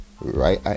right